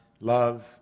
love